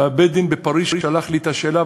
ובית-הדין בפריז שלח לי את השאלה,